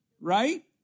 right